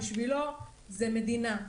בשבילו זו המדינה,